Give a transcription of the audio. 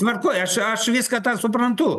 tvarkoj aš aš viską tą suprantu